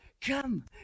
Come